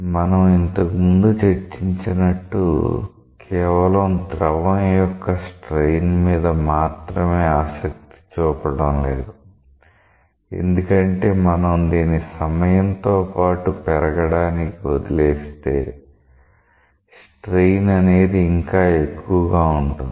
మనం ఇంతకుముందు చర్చించినట్టు కేవలం ద్రవం యొక్క స్ట్రెయిన్ మీద మాత్రమే ఆసక్తి చూపడం లేదు ఎందుకంటే మనం దీన్ని సమయంతో పాటు పెరగడానికి వదిలేస్తే స్ట్రెయిన్ అనేది ఇంకా ఎక్కువగా ఉంటుంది